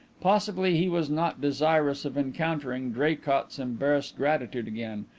possibly he was not desirous of encountering draycott's embarrassed gratitude again,